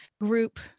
group